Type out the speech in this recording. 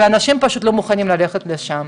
ואנשים פשוט לא מוכנים ללכת לשם,